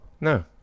No